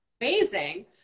amazing